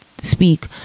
speak